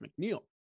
McNeil